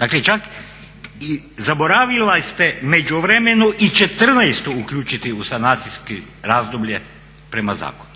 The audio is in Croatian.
Dakle zaboravili ste u međuvremenu i '14. uključiti u sanacijsko razdoblje prema zakonu.